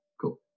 Cool